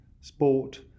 sport